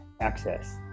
access